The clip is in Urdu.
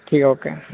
ٹھیک ہے اوکے